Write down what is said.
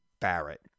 Barrett